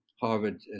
Harvard